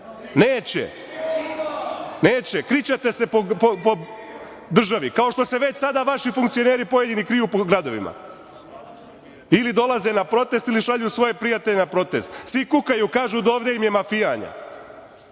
ni SPS-a. Krićete se po državi, kao što se već sada vaši funkcioneri pojedini kriju po gradovima ili dolaze na protest ili šalju svoje prijatelje na protest. Svi kukaju i kažu – do ovde im je mafijanja.36/1